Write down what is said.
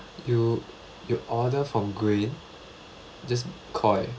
you you order from grain just koi